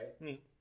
right